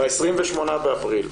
ב-28 באפריל,